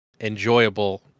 enjoyable